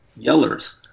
yellers